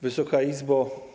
Wysoka Izbo!